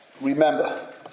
Remember